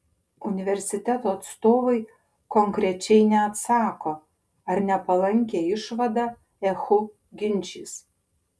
universiteto atstovai konkrečiai neatsako ar nepalankią išvadą ehu ginčys